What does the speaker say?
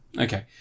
Okay